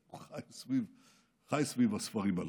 הוא חי סביב הספרים הללו,